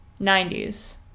90s